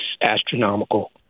astronomical